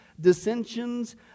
dissensions